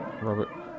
Robert